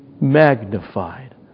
magnified